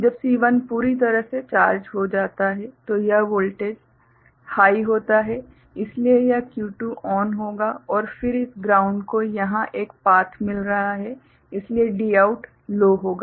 जब C पूरी तरह से चार्ज हो जाता है तो यह वोल्टेज हाइ होता है इसलिए यह Q2 ON होगा और फिर इस ग्राउंड को यहां एक पाथ मिल रहा है इसलिए Dout लो होगा